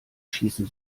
schießen